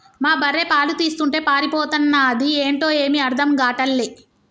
మా బర్రె పాలు తీస్తుంటే పారిపోతన్నాది ఏంటో ఏమీ అర్థం గాటల్లే